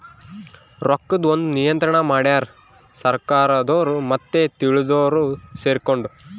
ರೊಕ್ಕದ್ ಒಂದ್ ನಿಯಂತ್ರಣ ಮಡ್ಯಾರ್ ಸರ್ಕಾರದೊರು ಮತ್ತೆ ತಿಳ್ದೊರು ಸೆರ್ಕೊಂಡು